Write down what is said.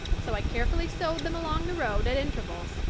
so i carefully sowed them along the road at intervals.